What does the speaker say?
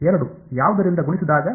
2 ಯಾವುದರಿಂದ ಗುಣಿಸಿದಾಗ